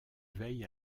veille